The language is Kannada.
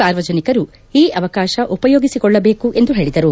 ಸಾರ್ವಜನಿಕರು ಈ ಅವಕಾಶ ಉಪಯೋಗಿಸಿಕೊಳ್ಳಬೇಕು ಎಂದು ಹೇಳಿದರು